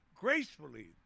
gracefully